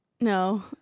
No